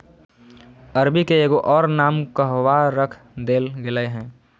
अरबी के एगो और नाम कहवा रख देल गेलय हें